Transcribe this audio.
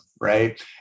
right